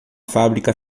fábrica